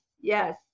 yes